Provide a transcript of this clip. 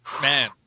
Man